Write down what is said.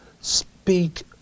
speak